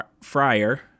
fryer